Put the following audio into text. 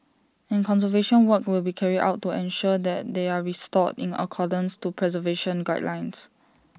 and conservation work will be carried out to ensure that they are restored in accordance to preservation guidelines